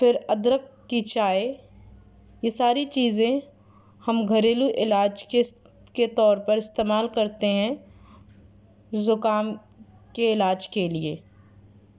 پھر ادرک کی چائے یہ ساری چیزیں ہم گھریلو علاج کے طور پر استعمال کرتے ہیں زکام کے علاج کے لیے